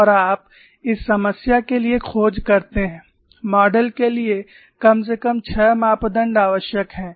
और आप इस समस्या के लिए खोज करते हैं मॉडल के लिए कम से कम 6 मापदण्ड आवश्यक हैं